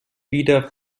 wider